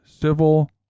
civil